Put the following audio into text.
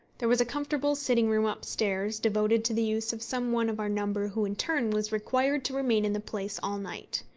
there was a comfortable sitting-room up-stairs, devoted to the use of some one of our number who in turn was required to remain in the place all night.